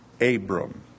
Abram